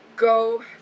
Go